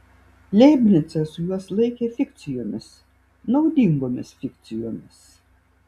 leibnicas juos laikė fikcijomis naudingomis fikcijomis